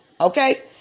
Okay